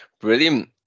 brilliant